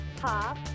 pop